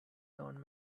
non